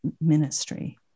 ministry